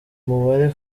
mubare